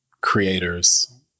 creators